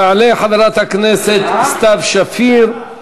תעלה חברת הכנסת סתיו שפיר,